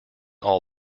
all